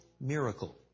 miracle